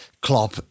Klopp